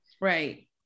right